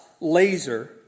laser